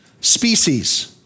species